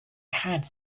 had